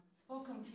spoken